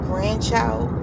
grandchild